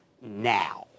now